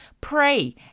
pray